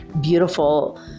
beautiful